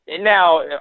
Now